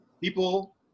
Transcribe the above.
people